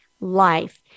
life